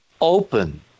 open